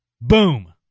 Boom